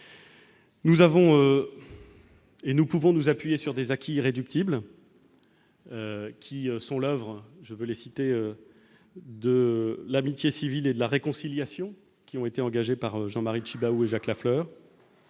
Nous avons et nous pouvons nous appuyer sur des acquis irréductibles, qui sont le Havre, je veux les citer, de l'amitié civile et de la réconciliation qui ont été engagés par Jean-Marie Tjibaou et Jacques Lafleur